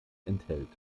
enthält